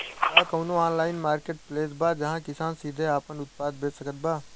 का कउनों online marketplace बा जहां किसान सीधे आपन उत्पाद बेच सकत बा?